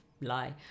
lie